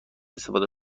استفاده